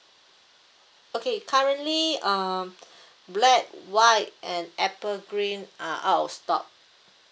okay currently um black white and apple green are out of stock